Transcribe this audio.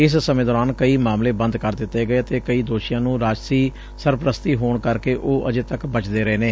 ਇਸ ਸਮੇਂ ਦੌਰਾਨ ਕਈ ਮਾਮਲੇ ਬੰਦ ਕਰ ਦਿੱਤੇ ਗਏ ਅਤੇ ਕਈ ਦੋਸ਼ੀਆਂ ਨੂੰ ਰਾਜਸੀ ਸਰਪੂਸਤੀ ਹੋਣ ਕਰਕੇ ਊਹ ਅਜੇ ਤੱਕ ਬਚਦੇ ਰਹੇ ਨੇ